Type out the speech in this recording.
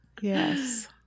Yes